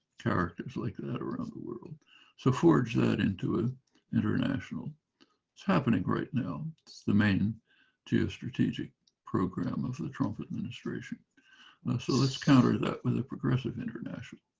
characters like ah that around the world so forge that into a international it's happening right now the main geo strategic program of the trump administration well so let's counter that with a progressive international.